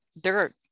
dirt